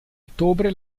ottobre